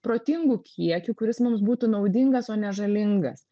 protingu kiekiu kuris mums būtų naudingas o ne žalingas